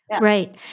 right